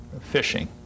fishing